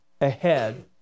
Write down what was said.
ahead